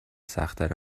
سختتر